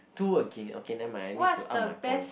two okay okay never mind I need to up my points